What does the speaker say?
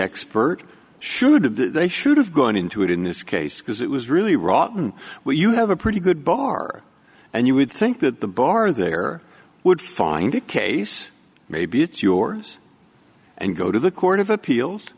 expert should they should have gone into it in this case because it was really rotten when you have a pretty good bar and you would think that the bar there would find a case maybe it's yours and go to the court of appeals